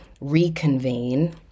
reconvene